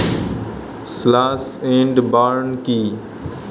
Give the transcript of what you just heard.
Slash and burn কি?